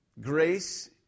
Grace